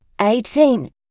eighteen